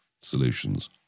solutions